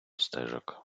стежок